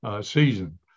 season